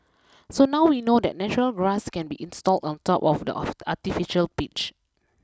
so now we know that natural grass can be installed on top of the artificial pitch